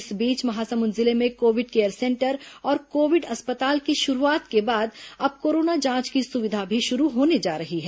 इस बीच महासमुंद जिले में कोविड केयर सेंटर और कोविड अस्पताल की शुरूआत के बाद अब कोरोना जांच की सुविधा भी शुरू होने जा रही है